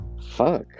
Fuck